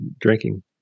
drinking